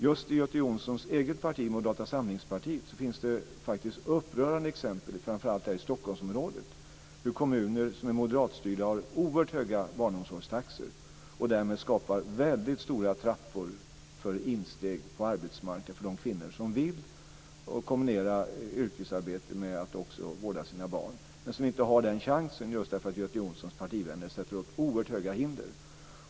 Just i Göte Jonssons eget parti, Moderata samlingspartiet, finns det framför allt här i Stockholmsområdet upprörande exempel på oerhört höga barnomsorgstaxor i moderatstyrda kommuner. Därmed skapas väldigt stora trapport för insteg på arbetsmarknaden för de kvinnor som vill kombinera yrkesarbete med att också vårda sina barn. Men de har inte den chansen just därför att Göte Jonssons partivänner sätter upp oerhört höga hinder.